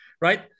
right